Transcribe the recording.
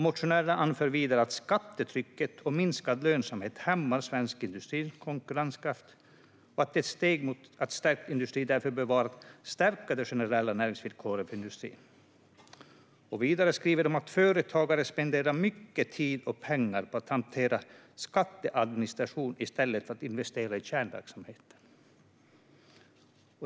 Motionärerna anför vidare att skattetrycket och minskad lönsamhet hämmar svensk industris konkurrenskraft och att ett steg mot en stärkt industri därför bör vara att stärka de generella näringsvillkoren för industrin. Vidare skriver de att företagare spenderar mycket tid och pengar på att hantera skatteadministration i stället för att investera i kärnverksamheten.